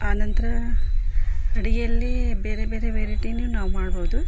ಆನಂತರ ಅಡಿಗೆಯಲ್ಲಿ ಬೇರೆ ಬೇರೆ ವೆರೈಟಿನು ನಾವು ಮಾಡ್ಬೋದು